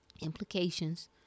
implications